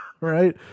Right